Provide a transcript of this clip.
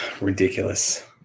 ridiculous